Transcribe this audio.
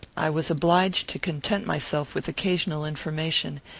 i was obliged to content myself with occasional information,